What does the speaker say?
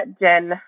Jen